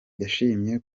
yishimiye